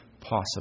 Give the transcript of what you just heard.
possible